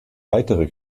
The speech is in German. weitere